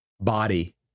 body